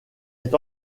est